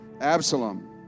Absalom